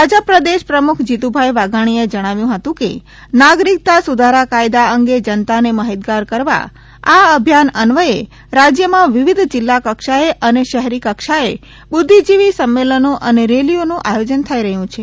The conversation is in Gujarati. ભાજપ પ્રદેશ પ્રમુખ જીતુભાઈ વાઘાણીએ જણાવ્યું હતું કે નાગરિકતા સુધારા કાયદા અંગે જનતાને માહિતગાર કરવા આ અભિયાન અન્વયે રાજ્યમાં વિવિધ જિલ્લા કક્ષાએ અને શહેરી કક્ષાએ બુદ્ધિજીવી સંમેલનો અને રેલીઓનું આયોજન થઈ રહ્યું છે